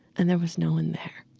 and there was no one there.